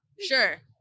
Sure